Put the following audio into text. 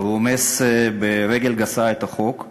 רומס ברגל גסה את החוק.